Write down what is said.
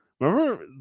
remember